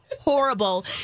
horrible